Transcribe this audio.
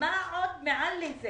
מה עוד מעל זה: